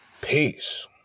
Peace